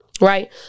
Right